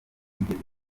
bitigeze